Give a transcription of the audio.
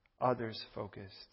others-focused